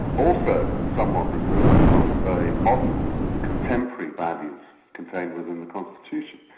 also somewhat removed from the very modern contemporary values contained within the constitution.